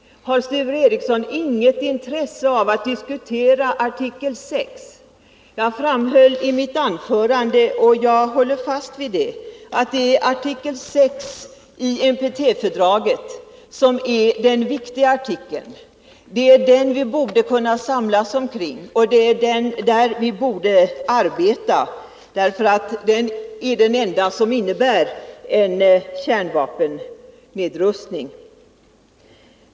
Har Sture Ericson inget intresse av att diskutera artikel VI? Jag framhöll i mitt anförande — och jag håller fast vid det — att det är artikel VI som är den viktiga i NPT-fördraget och som vi borde kunna samlas omkring. Det är med den som utgångspunkt som vi borde arbeta, eftersom det är den artikel som syftar till en kärnvapennedrustning.